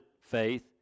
faith